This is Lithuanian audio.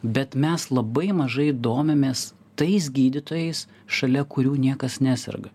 bet mes labai mažai domimės tais gydytojais šalia kurių niekas neserga